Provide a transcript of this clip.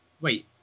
wait